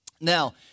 Now